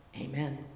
amen